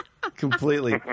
Completely